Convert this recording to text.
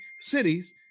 cities